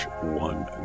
one